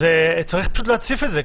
צריך להציף את זה,